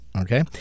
Okay